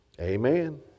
Amen